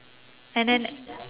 and then